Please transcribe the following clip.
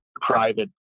private